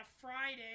Friday